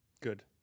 Good